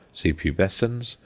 c. pubescens,